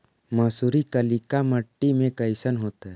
मसुरी कलिका मट्टी में कईसन होतै?